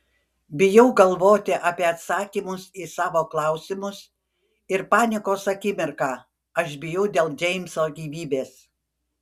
bijau galvoti apie atsakymus į savo klausimus ir panikos akimirką aš bijau dėl džeimso gyvybės